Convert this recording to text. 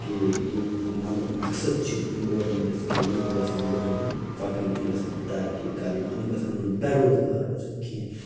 کہِ ییٚمیٛک مقصد چھُ گورمنٹَس کہِ لوکھ گَژھَن برٛونٛہہ برٛونٛہہ پَکٕنۍ یِم گَژھَن ترقی کَرٕنۍ یِم گَژھَن نہٕ بےٚ روزگار روزٕنۍ کیٚنٛہہ